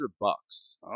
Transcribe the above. bucks